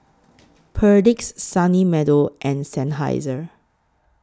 Perdix Sunny Meadow and Seinheiser